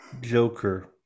Joker